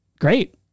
great